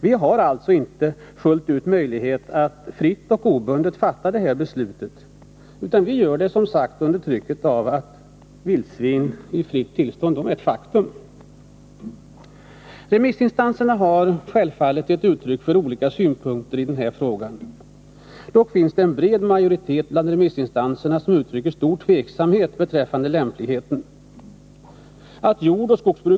Vi har alltså inte möjlighet att fritt och obundet fatta det här beslutet, utan vi gör det som sagt under trycket av att vildsvin i fritt tillstånd är ett faktum. Remissinstanserna har självfallet gett uttryck för olika synpunkter i den här frågan. Dock finns en bred majoritet bland remissinstanserna som uttrycker stor tveksamhet beträffande lämpligheten av frigående vildsvin.